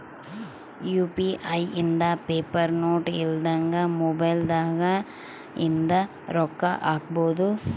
UPI ಇಂದ paper note ಇಲ್ದಂಗ mobile ದಾಗ ಇಂದ ರೊಕ್ಕ ಹಕ್ಬೊದು